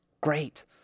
great